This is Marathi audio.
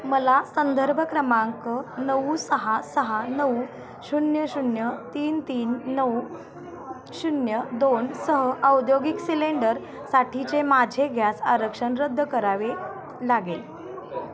मला संदर्भ क्रमांक नऊ सहा सहा नऊ शून्य शून्य तीन तीन नऊ शून्य दोन सह औद्योगिक सिलेंडरसाठीचे माझे गॅस आरक्षण रद्द करावे लागेल